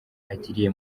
agiriye